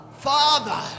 Father